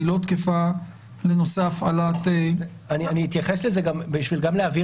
היא לא תקפה לנושא הפעלת ה --- אני אתייחס לזה בשביל גם להבהיר